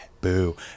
Boo